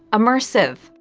immersive.